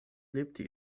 lebte